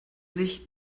sich